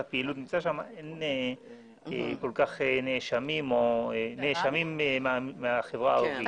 אין כל כך הרבה נאשמים מהחברה הערבית.